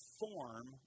form